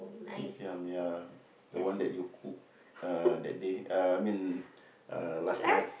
mee-siam ya the one that you cook uh that day uh I mean uh last night